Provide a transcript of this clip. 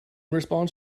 response